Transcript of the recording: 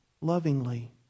lovingly